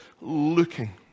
looking